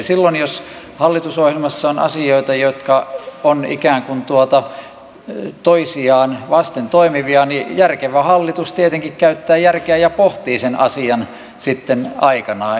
silloin jos hallitusohjelmassa on asioita jotka ovat ikään kuin toisiaan vasten toimivia niin järkevä hallitus tietenkin käyttää järkeä ja pohtii sen asian sitten aikanaan